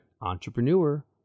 Entrepreneur